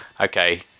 okay